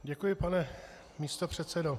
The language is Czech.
Děkuji, pane místopředsedo.